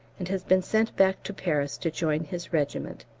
and has been sent back to paris to join his regiment.